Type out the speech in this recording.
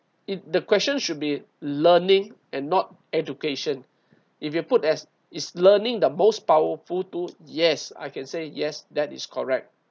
if the question should be learning and not education if you put as is learning the most powerful tool yes I can say yes that is correct